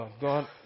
God